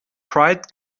pride